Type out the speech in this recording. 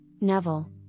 Neville